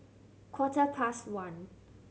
quarter past one